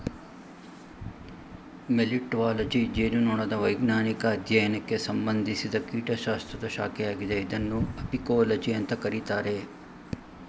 melittology ಜೇನುನೊಣದ ವೈಜ್ಞಾನಿಕ ಅಧ್ಯಯನಕ್ಕೆ ಸಂಬಂಧಿಸಿದ ಕೀಟಶಾಸ್ತ್ರದ ಶಾಖೆಯಾಗಿದೆ ಇದನ್ನು ಅಪಿಕೋಲಜಿ ಅಂತ ಕರೀತಾರೆ